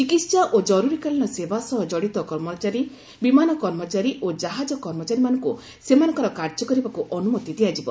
ଚିକିତ୍ସା ଓ ଜରୁରୀକାଳୀନ ସେବା ସହ ଜଡ଼ିତ କର୍ମଚାରୀ ବିମାନ କର୍ମଚାରୀ ଓ କାହାଜ କର୍ମଚାରୀମାନଙ୍କୁ ସେମାନଙ୍କର କାର୍ଯ୍ୟ କରିବାକୁ ଅନୁମତି ଦିଆଯିବ